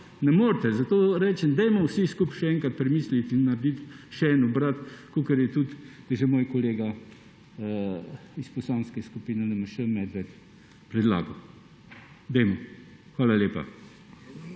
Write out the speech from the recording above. Ne morete! Zato pravim, dajmo vsi skupaj še enkrat premisliti in narediti še en obrat, kakor je tudi že kolega iz Poslanske skupine LMŠ Medved predlagal. Dajmo! Hvala lepa.